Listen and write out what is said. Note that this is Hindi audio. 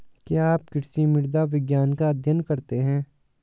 क्या आप कृषि मृदा विज्ञान का अध्ययन करते हैं?